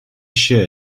sure